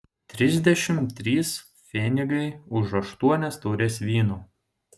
trisdešimt trys pfenigai už aštuonias taures vyno